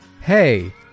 Hey